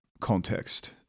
context